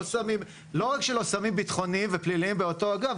לא רק שלא שמים ביטחוניים ופליליים באותו אגף,